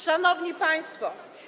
Szanowni Państwo!